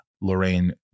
Lorraine